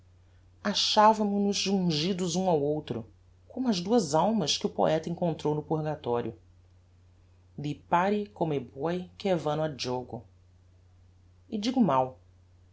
achavamo nos jungi los um ao outro como as duas almas que o poeta encontrou no purgatorio di pari come buoi che vanno a giogo e digo mal